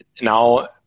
now